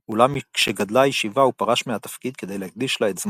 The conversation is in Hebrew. אולם כשגדלה הישיבה הוא פרש מהתפקיד כדי להקדיש לה את זמנו.